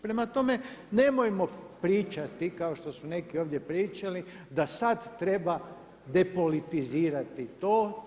Prema tome, nemojmo pričati kao što su neki ovdje pričali da sada treba depolitizirati to.